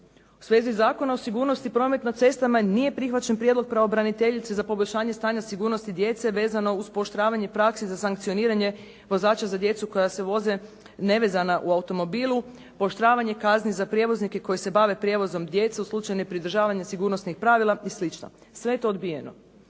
U svezi Zakona o sigurnosti prometa na cestama nije prihvaćen prijedlog pravobraniteljice za poboljšanje stanja sigurnosti djece vezano uz pooštravanje prakse za sankcioniranje vozača za djecu koja se voze nevezana u automobilu, pooštravanje kazne za prijevoznike koji se bave prijevozom djece u slučaju nepridržavanja sigurnosnih pravila i slično. Sve je to odbijeno.